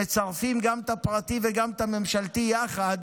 שמצרפים גם את הפרטי וגם את הממשלתי יחד,